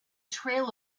trail